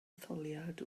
etholiad